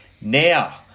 Now